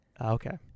Okay